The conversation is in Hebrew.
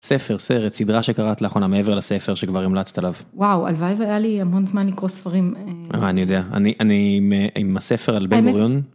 ספר, סרט, סדרה שקראת לאחרונה מעבר לספר שכבר המלצת עליו. וואו, הלוואי והיה לי... המון זמן לקרוא ספרים, א... אני יודע. אני- אני עם הספר על בן גוריון, האמת-